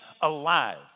alive